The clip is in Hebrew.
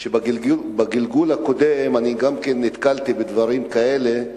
שבגלגול הקודם שלי אני גם כן נתקלתי בדברים כאלה,